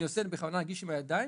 בדיוק.